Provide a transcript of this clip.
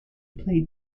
played